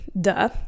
duh